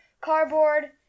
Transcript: cardboard